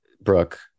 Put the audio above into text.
Brooke